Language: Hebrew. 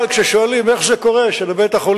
אבל כששואלים איך זה קורה שלבית-החולים